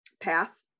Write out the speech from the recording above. path